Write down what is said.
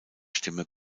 stimme